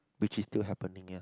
which is still happening here